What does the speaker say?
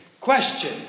question